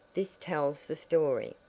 this tells the story.